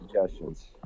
suggestions